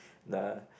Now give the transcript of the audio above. the